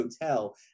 Hotel